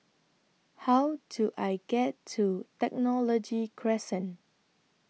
How Do I get to Technology Crescent